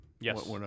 Yes